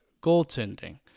goaltending